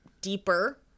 deeper